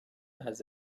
has